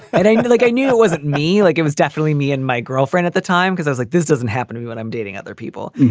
i didn't feel like i knew it wasn't me. like it was definitely me and my girlfriend at the time because i was like, this doesn't happen to me when i'm dating other people.